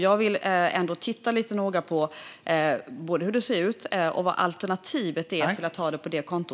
Jag vill ändå titta lite noga på både hur det ser ut och vad alternativet är till att ha det på detta konto.